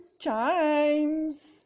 chimes